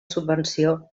subvenció